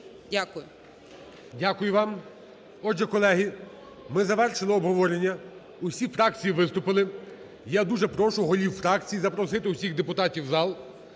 Дякую.